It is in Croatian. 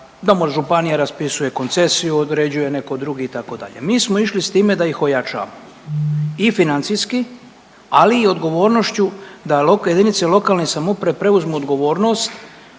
da mu županija raspisuje koncesiju, određuje netko drugi, itd. Mi smo išli s time da ih ojačamo i financijski, ali i odgovornošću da jedinice lokalne samouprave preuzmu odgovornost